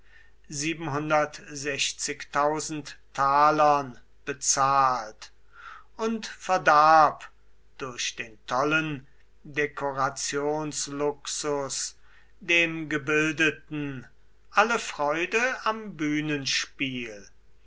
bezahlt und verdarb durch den tollen dekorationsluxus dem gebildeten alle freude am